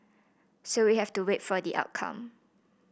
so we have to wait for the outcome